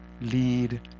lead